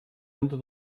ende